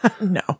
No